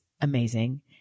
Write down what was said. amazing